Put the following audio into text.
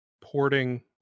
porting